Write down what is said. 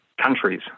countries